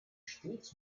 stets